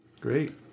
Great